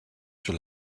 sur